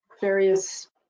various